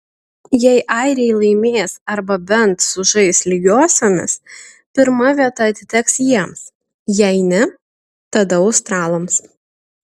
jei airiai laimės arba bent sužais lygiosiomis pirma vieta atiteks jiems jei ne tada australams